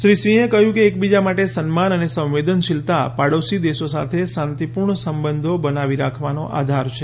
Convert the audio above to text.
શ્રી સિંહે કહ્યું કે એકબીજા માટે સન્માન અને સંવેદનશીલતા પાડોશી દેશો સાથે શાંતિપૂર્ણ સંબંધો બનાવી રાખવાનો આધાર છે